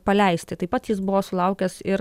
paleisti taip pat jis buvo sulaukęs ir